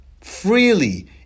freely